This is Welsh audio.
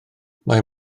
mae